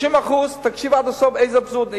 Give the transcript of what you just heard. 30% תקשיב עד הסוף לאיזה אבסורד הגענו,